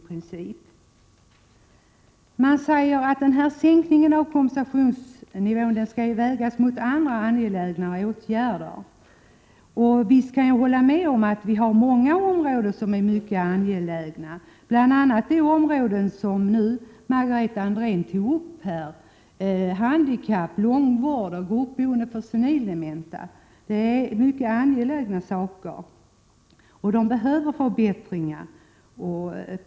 Det sägs att sänkningen av kompensationsnivån skall vägas mot andra angelägna åtgärder. Visst kan man hålla med om att vi har många angelägna områden, bl.a. de som Margareta Andrén tog upp — handikappade, långvård och gruppboende för senildementa. Det är mycket angelägna områden, där det behövs förbättringar.